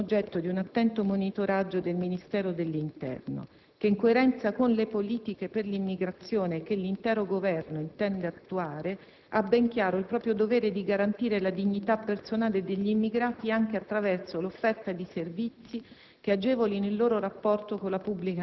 Le iniziative finora descritte sono oggetto di un attento monitoraggio del Ministero dell'interno, che in coerenza con le politiche per l'immigrazione che l'intero Governo intende attuare ha ben chiaro il proprio dovere di garantire la dignità personale degli immigrati anche attraverso l'offerta di servizi